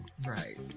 Right